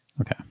okay